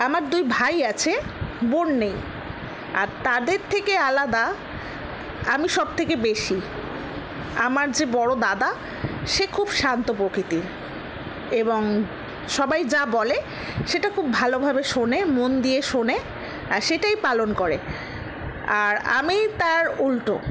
আমার দুই ভাই আছে বোন নেই আর তাদের থেকে আলাদা আমি সব থেকে বেশি আমার যে বড়ো দাদা সে খুব শান্ত প্রকৃতির এবং সবাই যা বলে সেটা খুব ভালোভাবে শোনে মন দিয়ে শোনে সেটাই পালন করে আর আমি তার উল্টো